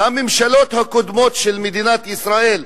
הממשלות הקודמות של מדינת ישראל,